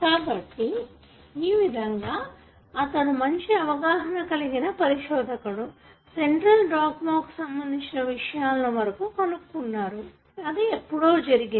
కాబట్టి ఈ విధంగా అతడు మంచి అవగాహనా కలిగిన పరిశోధకుడు సెంట్రల్ డాగ్మా కు సంబంధించిన విషయాలను వరకు కనుగొన్నారు అది ఎప్పుడో జరిగింది